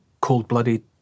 cold-blooded